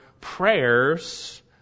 prayers